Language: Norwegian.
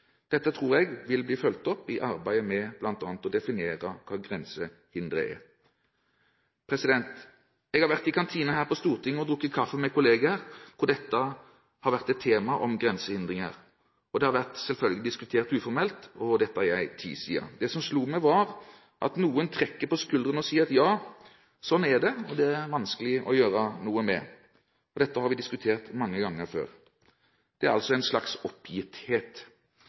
Dette tror jeg vil bli fulgt opp i arbeidet med bl.a. å definere hva grensehindre er. Jeg har vært i kantinen her på Stortinget og drukket kaffe med kollegaer der grensehindre har vært et tema. Det har selvfølgelig vært diskutert uformelt – og dette er en tid siden. Det som slo meg, var at noen trekker på skuldrene og sier at ja, sånn er det, det er vanskelig å gjøre noe med – dette har vi diskutert mange ganger før. Det er altså en slags oppgitthet.